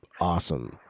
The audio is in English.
awesome